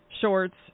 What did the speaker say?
shorts